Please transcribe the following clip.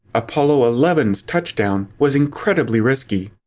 apollo eleven s touchdown was incredibly risky,